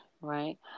Right